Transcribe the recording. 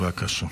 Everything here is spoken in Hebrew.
בבקשה.